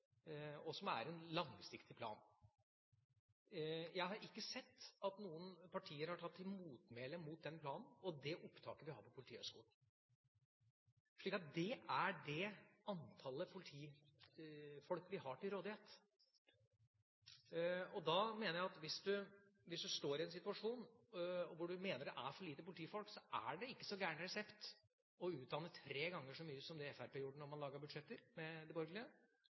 er en langsiktig plan. Jeg har ikke sett at noen partier har tatt til motmæle mot den planen og det opptaket vi har på Politihøgskolen. Det er det antallet politifolk vi har til rådighet. Hvis man har en situasjon hvor man mener det er for lite politifolk, er det ikke en så gal resept å utdanne tre ganger så mange som det Fremskrittspartiet og de borgerlige gjorde da de laget budsjetter,